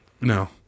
no